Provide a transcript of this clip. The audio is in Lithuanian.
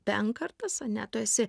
benkartas ane tu esi